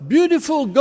Beautiful